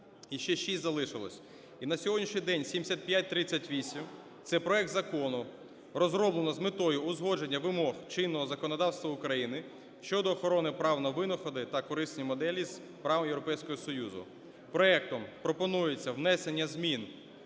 і ще шість залишилось. І на сьогоднішній день 7538, це проект закону розроблено з метою узгодження вимог чинного законодавства України щодо охорони прав на винаходи та корисні моделі з правом Європейського Союзу. Проектом пропонується внесення змін